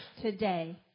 today